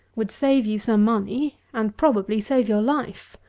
would save you some money, and probably save your life.